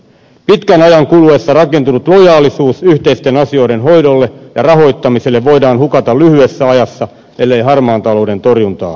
pitkän ajan kuluessa rakentunut lojaalisuus yhteisten asioiden hoidolle ja rahoittamiselle voidaan hukata lyhyessä ajassa ellei harmaan talouden torjuntaa tehosteta